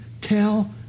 tell